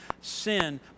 sin